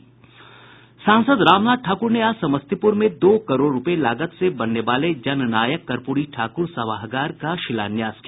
राज्यसभा सांसद ठामनाथ ठाकूर ने आज समस्तीपूर में दो करोड़ रुपये की लागत से बनने वाले जननायक कर्पूरी ठाकुर सभागार का शिलान्यास किया